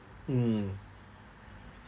hmm